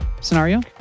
scenario